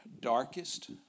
darkest